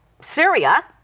Syria